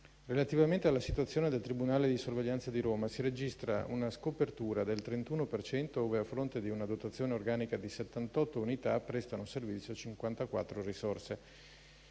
Relativamente alla situazione del tribunale di sorveglianza di Roma, si registra una scopertura del 31 per cento, ove, a fronte di una dotazione organica di 78 unità, prestano servizio 54 risorse.